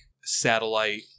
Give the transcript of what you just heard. satellite